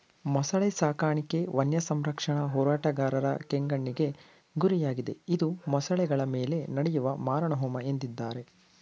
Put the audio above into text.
ಮೊಸಳೆ ಸಾಕಾಣಿಕೆ ವನ್ಯಸಂರಕ್ಷಣಾ ಹೋರಾಟಗಾರರ ಕೆಂಗಣ್ಣಿಗೆ ಗುರಿಯಾಗಿದೆ ಇದು ಮೊಸಳೆಗಳ ಮೇಲೆ ನಡೆಯುವ ಮಾರಣಹೋಮ ಎಂದಿದ್ದಾರೆ